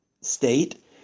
state